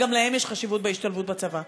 וגם להם יש חשיבות בהשתלבות בצבא.